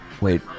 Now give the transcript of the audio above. Wait